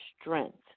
strength